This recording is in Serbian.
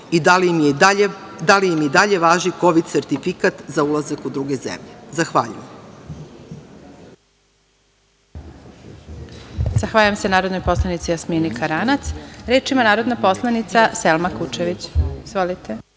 i da li im dalje važi kovid sertifikat za ulazak u druge zemlje? Zahvaljujem. **Elvira Kovač** Zahvaljujem se narodnoj poslanici Jasmini Karanac. Reč ima narodna poslanica Selma Kučević. Izvolite.